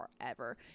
forever